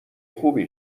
خوبی